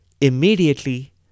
Immediately